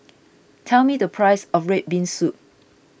tell me the price of Red Bean Soup